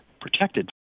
protected